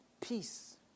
Peace